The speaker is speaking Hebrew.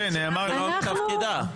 זה לא תפקידה.